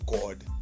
God